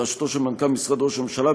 בראשות מנכ"ל משרד ראש הממשלה,